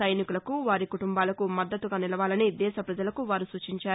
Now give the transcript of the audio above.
సైనికులకు వారి కుటుంబాలకు మద్దతుగా నివాలని దేశ ప్రపజలకు వారు సూచించారు